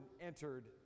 entered